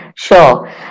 Sure